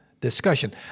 discussion